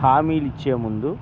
హామీలు ఇచ్చే ముందు